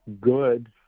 good